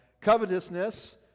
Covetousness